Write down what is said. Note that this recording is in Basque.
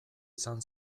izan